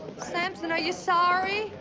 samson, are you sorry?